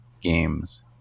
games